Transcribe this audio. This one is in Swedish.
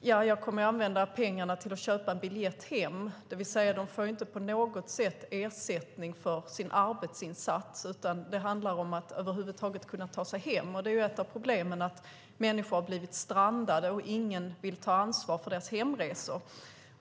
Ja, jag kommer att använda pengarna till att köpa en biljett hem. De får alltså inte på något sätt ersättning för sin arbetsinsats, utan det handlar om att de ska kunna ta sig hem. Det är ett av problemen, att människor har blivit strandade, och ingen vill ta ansvar för deras hemresor.